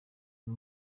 uyu